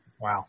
Wow